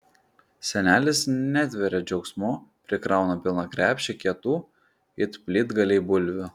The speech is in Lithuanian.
senelis netveria džiaugsmu prikrauna pilną krepšį kietų it plytgaliai bulvių